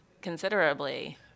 considerably